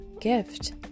gift